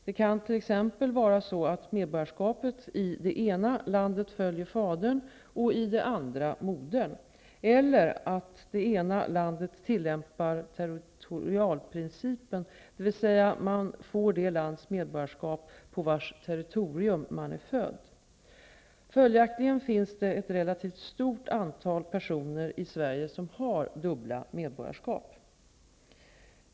Det kan t.ex. vara så, att medborgarskapet i det ena landet följer fadern och i det andra modern, eller att det ena landet tillämpar territorialprincipen, dvs. man får det lands medborgarskap på vars territorium man är född. Följaktligen finns det ett relativt stort antal personer i Serige som har dubbelt medborgarskap.